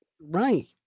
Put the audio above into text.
Right